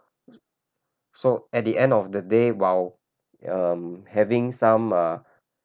so at the end of the day while um having some ah